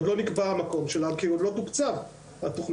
עוד לא נקבע המקום שלה, כי עוד לא תוקצבה התוכנית.